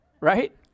right